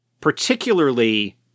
particularly